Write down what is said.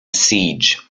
siege